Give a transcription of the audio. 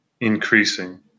increasing